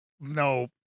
no